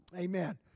Amen